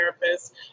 therapist